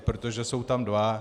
Protože jsou tam dva.